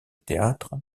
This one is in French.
théâtre